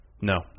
No